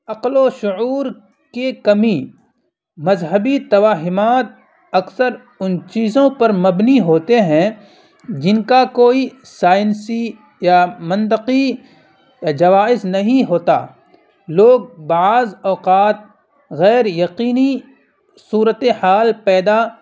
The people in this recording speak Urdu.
عقل و شعور کے کمی مذہبی توہمات اکثر ان چیزوں پر مبنی ہوتے ہیں جن کا کوئی سائنسی یا منطقی جواز نہیں ہوتا لوگ بعض اوقات غیر یقینی صورت حال پیدا